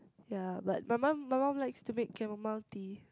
ya but my mum my mum likes to make Chamomile tea